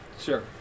sure